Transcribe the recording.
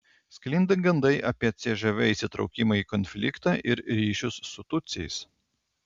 sklinda gandai apie cžv įsitraukimą į konfliktą ir ryšius su tutsiais